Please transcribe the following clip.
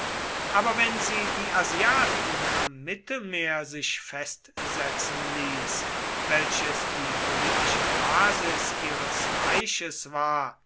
aber wenn sie die asiaten am mittelmeer sich festsetzen ließ welches die politische basis ihres reiches war